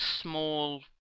small